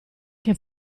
che